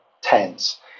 tense